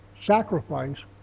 sacrifice